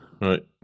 right